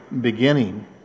beginning